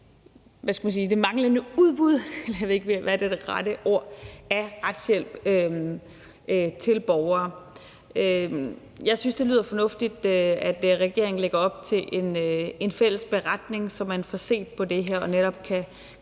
der er det rette ord – af retshjælp til borgere. Jeg synes, det lyder fornuftigt, at regeringen lægger op til en fælles beretning, så man får set på det her og netop kan lave